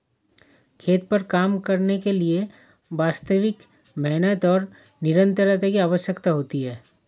खेत पर काम करने के लिए वास्तविक मेहनत और निरंतरता की आवश्यकता होती है